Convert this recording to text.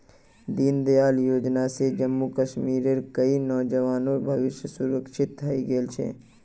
दीनदयाल योजना स जम्मू कश्मीरेर कई नौजवानेर भविष्य सुरक्षित हइ गेल छ